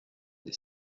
des